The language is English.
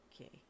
Okay